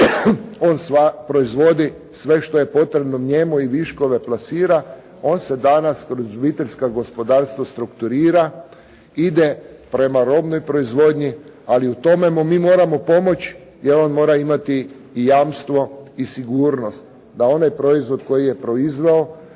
on proizvode sve što je potrebno njemu i viškove plasira. On se danas kroz obiteljska gospodarstva strukturira, ide prema robnoj proizvodnji, ali u tome mu mi moramo pomoći jer on mora imati i jamstvo i sigurnost da onaj proizvod koji je proizveo,